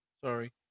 Sorry